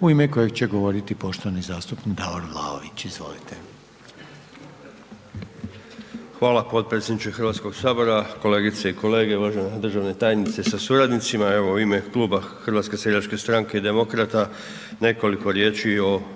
u ime kojeg će govoriti poštovani zastupnik Davor Vlaović. Izvolite. **Vlaović, Davor (HSS)** Hvala potpredsjedničke Hrvatskog sabora. Kolegice i kolege, uvažena državna tajnice sa suradnicima, evo u ime Kluba HSS i Demokrata nekoliko riječi i